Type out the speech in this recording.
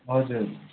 हजुर